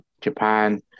Japan